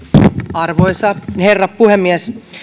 arvoisa herra puhemies